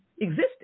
existed